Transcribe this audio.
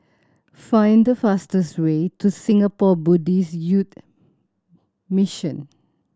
find the fastest way to Singapore Buddhist Youth Mission